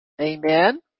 Amen